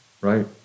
Right